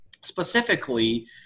specifically